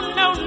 no